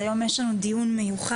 היום יש לנו דיון מיוחד,